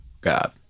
God